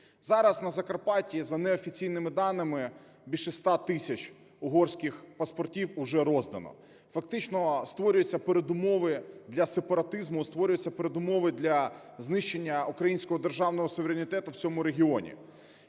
Зараз на Закарпатті за неофіційними даними більше 100 тисяч угорських паспортів уже роздано. Фактично створюються передумови для сепаратизму, створюються передумови для знищення українського державного суверенітету в цьому регіоні.